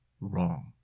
wrong